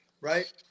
right